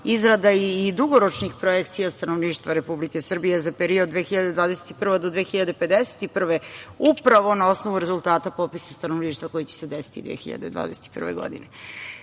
izrada i dugoročnih projekcija stanovništva Republike Srbije za period 2021. do 2051. godine, upravo na osnovu rezultata popisa stanovništva koji će se desiti 2021.